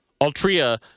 Altria